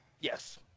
Yes